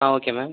ah okay ma'am